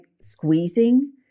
squeezing